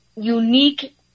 unique